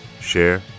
share